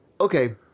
okay